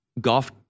golf